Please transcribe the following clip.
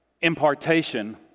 impartation